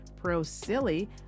ProSilly